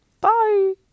Bye